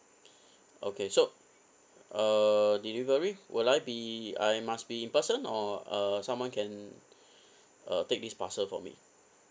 okay so uh delivery will I be I must be in person or uh someone can uh take this parcel for me